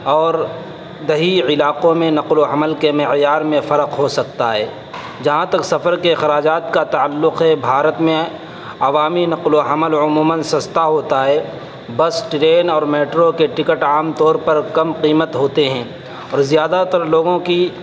اور دیہی علاقوں میں نقل و حمل کے معیار میں فرق ہو سکتا ہے جہاں تک سفر کے اخراجات کا تعلق ہے بھارت میں عوامی نقل و حمل عموماً سستا ہوتا ہے بس ٹرین اور میٹرو کے ٹکٹ عام طور پر کم قیمت ہوتے ہیں اور زیادہ تر لوگوں کی